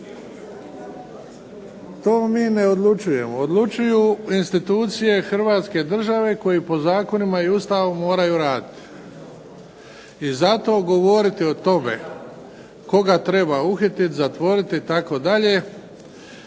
to mi ne odlučujemo, odlučuju institucije Republike Hrvatske koji po zakonima i Ustavu moraju raditi. I zato govoriti o tome koga treba uhititi zatvoriti i td.,